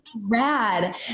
rad